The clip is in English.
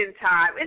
time